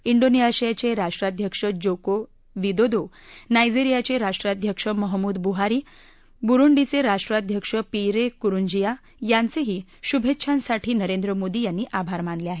डीनेशियाचे राष्ट्राध्यक्ष Joko Widodo नायजेरियाचे राष्ट्राध्यक्ष महम्मदू बुहारी बुरुंडीचे राष्ट्राध्यक्ष पियरे कुरुंजिया यांचेही शुभेच्छांसाठी नरेंद्र मोदी यांनी आभार मानले आहेत